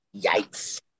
yikes